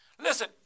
Listen